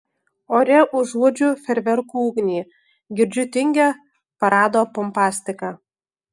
ore užuodžiu fejerverkų ugnį girdžiu tingią parado pompastiką